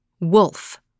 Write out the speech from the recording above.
wolf